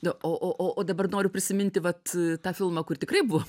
na o o o o dabar noriu prisiminti vat tą filmą kur tikrai buvo